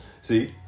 See